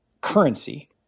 currency